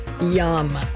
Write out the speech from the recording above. Yum